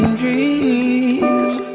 dreams